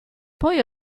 poi